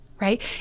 right